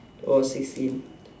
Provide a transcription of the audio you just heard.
oh sixteen